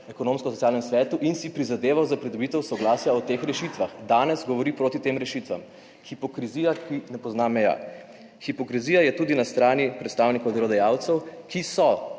v Ekonomsko-socialnem svetu in si prizadeval za pridobitev soglasja o teh rešitvah. Danes govori proti tem rešitvam. Hipokrizija, ki ne pozna meja. Hipokrizija je tudi na strani predstavnikov delodajalcev, ki so